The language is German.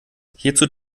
hierzu